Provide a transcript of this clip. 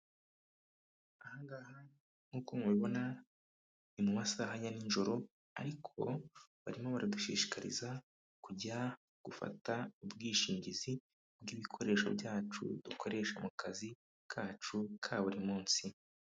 Aha ngaha nk'uko mubibona ni mu masaha ya nijoro, ariko barimo baradushishikariza kujya gufata ubwishingizi bw'ibikoresho byacu dukoresha mu kazi kacu ka buri munsi.